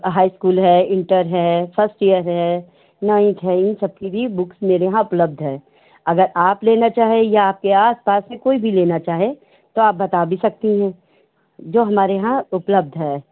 high school है inter है first year है नाइंथ है इन सब की बुक्स भी मेरे यहाँ उपलब्ध है अगर आप लेना चाहे या आपके आसपास में कोई भी लेना चाहे तो आप बात भी सकती हैं जो हमारे यहाँ उपलब्ध है